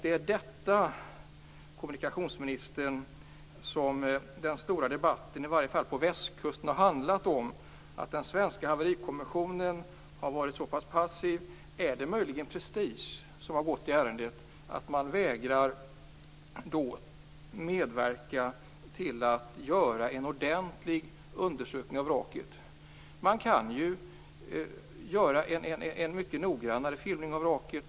Det är detta, kommunikationsministern, som den stora debatten, i varje fall på västkusten, har handlat om, dvs. att den svenska haverikommissionen har varit så pass passiv. Har det möjligen gått prestige i ärendet, och är det därför som man vägrar att medverka till att göra en ordentlig undersökning av vraket? Man kan ju göra en mycket noggrannare filmning av vraket.